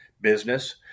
business